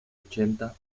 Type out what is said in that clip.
ochenta